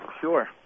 Sure